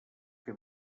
que